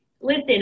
Listen